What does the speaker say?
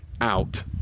out